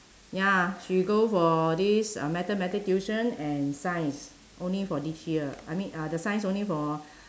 ya she go for this uh mathematic tuition and science only for this year I mean uh the science only for